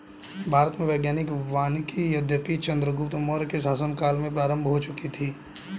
भारत में वैज्ञानिक वानिकी यद्यपि चंद्रगुप्त मौर्य के शासन काल में प्रारंभ हो चुकी थी